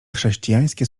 chrześcijańskie